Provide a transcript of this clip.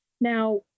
Now